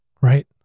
right